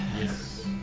Yes